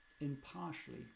impartially